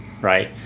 right